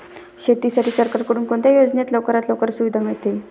शेतीसाठी सरकारकडून कोणत्या योजनेत लवकरात लवकर सुविधा मिळते?